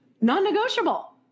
non-negotiable